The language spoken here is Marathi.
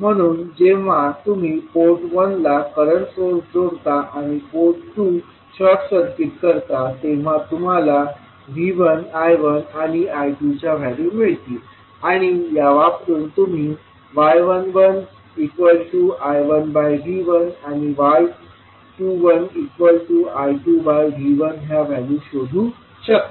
म्हणून जेव्हा तुम्ही पोर्ट 1 ला करंट सोर्स जोडता आणि पोर्ट 2 शॉर्ट सर्किट करता तेव्हा तुम्हाला V1 I1आणि I2च्या व्हॅल्यू मिळतील आणि या वापरून तुम्ही y11I1V1आणि y21I2V1ह्या व्हॅल्यू शोधू शकता